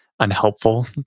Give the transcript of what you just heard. Unhelpful